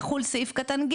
יחול סעיף קטן,